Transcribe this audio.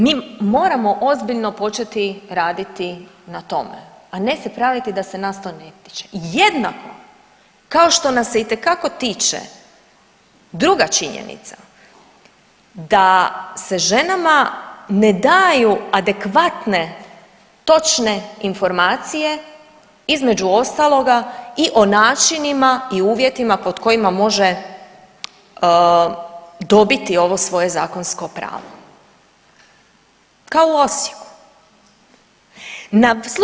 Mi moramo ozbiljno početi raditi na tome, a ne se praviti da se nas to ne tiče i jednako kao što nas se itekako tiče druga činjenica da se ženama ne daju adekvatne, točne informacije između ostaloga i o načinima i uvjetima pod kojima može dobiti ovo svoje zakonsko pravo, kao u Osijeku.